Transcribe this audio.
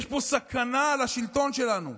יש פה סכנה לשלטון שלנו.